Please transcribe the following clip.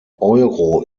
euro